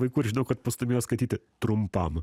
vaikų ir žinau kad pastūmėjo skaityti trumpam